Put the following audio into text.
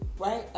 Right